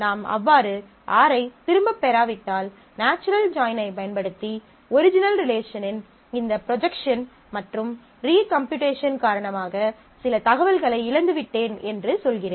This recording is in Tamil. நாம் அவ்வாறு R ஐ திரும்பப் பெறாவிட்டால் நாச்சுரல் ஜாயின் ஐப் பயன்படுத்தி ஒரிஜினல் ரிலேஷனின் இந்த ப்ரொஜெக்ஷன் மற்றும் ரி கம்ப்யூட்டேஷன் காரணமாக சில தகவல்களை இழந்துவிட்டேன் என்று சொல்கிறேன்